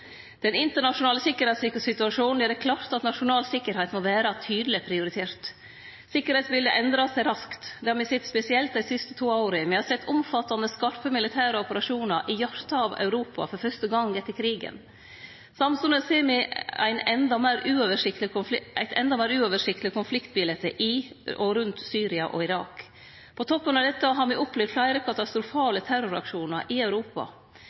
gjer det klart at nasjonal sikkerheit må vere tydeleg prioritert. Sikkerheitsbiletet endrar seg raskt. Det har me sett spesielt dei siste to åra. Me har sett omfattande skarpe militære operasjonar i hjartet av Europa for fyrste gong etter krigen. Samstundes ser me eit endå meir uoversiktleg konfliktbilete i og rundt Syria og Irak. På toppen av dette har me opplevd fleire katastrofale terroraksjonar i Europa.